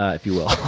if you will.